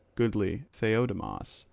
goodly theiodamas,